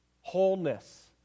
wholeness